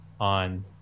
on